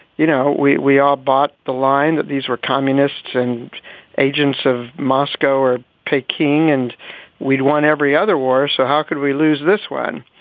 you know, we we all bought the line that these were communists and agents of moscow or peking and we'd won every other war. so how could we lose this one?